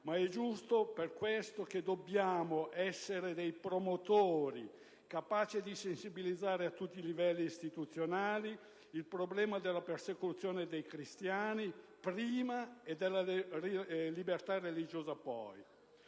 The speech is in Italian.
ma è giusto per questo che dobbiamo essere dei promotori capaci di sensibilizzare a tutti i livelli istituzionali sul problema della persecuzione dei cristiani, prima, e della libertà religiosa, poi.